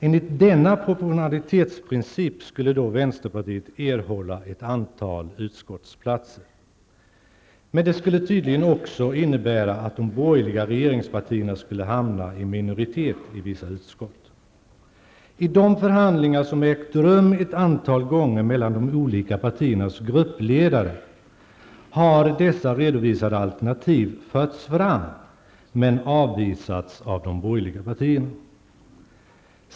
Enligt denna proportionalitetsprincip skulle vänsterpartiet erhålla ett antal utskottsplatser. Men det skulle tydligen också innebära att de borgerliga regeringspartierna skulle hamna i minoritet i vissa utskott. Vid de förhandlingar som ägt rum ett antal gånger mellan de olika partiernas gruppledare har dessa redovisade alternativ förts fram men avvisats av de borgerliga partierna.